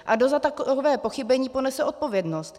A kdo za takové pochybení ponese odpovědnost?